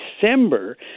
December